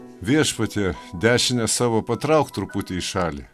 viešpatie dešinę savo patrauk truputį į šalį